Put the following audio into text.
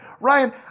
Ryan